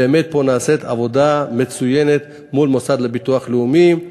באמת פה נעשית עבודה מצוינת מול המוסד לביטוח לאומי,